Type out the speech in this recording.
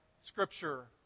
Scripture